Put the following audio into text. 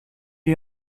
est